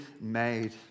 made